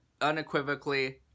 unequivocally